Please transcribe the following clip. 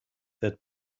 that